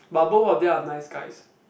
but both of them are nice guys